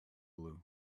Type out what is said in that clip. blue